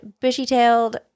bushy-tailed